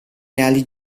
reali